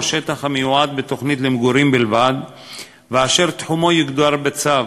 שטח המיועד בתוכנית למגורים בלבד ואשר תחומו יוגדר בצו,